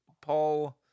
Paul